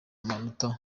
amanota